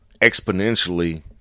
exponentially